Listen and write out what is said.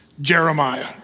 Jeremiah